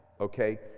okay